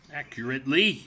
accurately